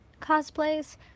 cosplays